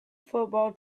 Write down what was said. football